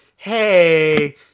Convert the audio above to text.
hey